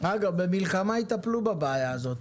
אגב, במלחמה יטפלו בבעיה הזאת.